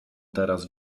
teraz